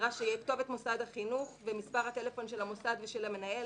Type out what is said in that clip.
נדרש שתהיה כתובת מוסד החינוך ומספר הטלפון של המוסד ושל המנהל.